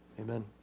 Amen